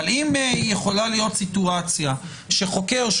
אבל אם יכולה להיות סיטואציה שחוקר,